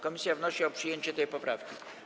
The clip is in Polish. Komisja wnosi o przyjęcie tej poprawki.